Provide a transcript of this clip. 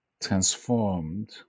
transformed